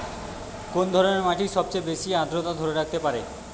কোন ধরনের মাটি সবচেয়ে বেশি আর্দ্রতা ধরে রাখতে পারে?